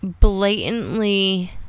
blatantly